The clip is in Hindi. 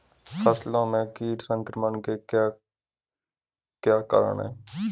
फसलों में कीट संक्रमण के क्या क्या कारण है?